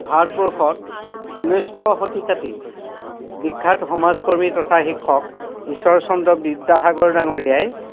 ভাৰতবৰ্ষত ঊনৈছশ শতিকাতেই বিখ্যাত সমাজকৰ্মী তথা শিক্ষক ঈশ্বৰ চন্দ্ৰ বিদ্যাসাগৰ ডাঙৰীয়াই